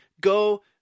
go